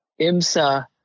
IMSA